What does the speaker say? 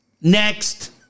next